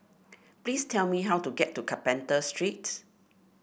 please tell me how to get to Carpenter Street